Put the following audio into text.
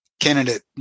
candidate